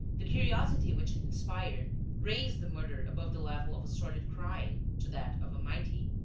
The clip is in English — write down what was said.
the curiosity which it inspired raised the murder above the level of a sordid crime to that of a mighty,